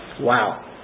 Wow